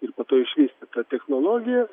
ir po to išvystė tą technologiją